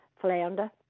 Flounder